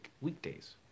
weekdays